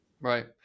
right